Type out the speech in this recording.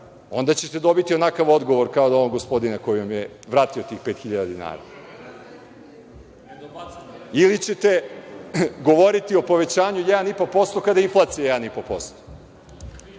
onda ćete dobiti onakav odgovor kao od onog gospodina koji vam je vratio tih 5.000,00 dinara. Ili ćete govoriti o povećanju od 1,5% kada je inflacija 1,5%.